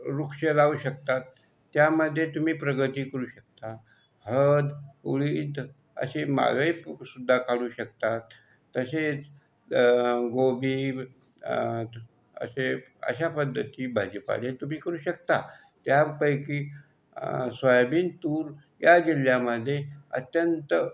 वृक्ष लावू शकतात त्यामध्ये तुम्ही प्रगती करू शकता हळद उडीद असे बागायतसुद्धा काढू शकता तसेच गोबी असे अशा पद्धती भाजीपाले तुम्ही करू शकता त्यापैकी सोयाबीन तूर या जिल्ह्यामध्ये अत्यंत